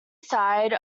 side